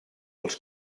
els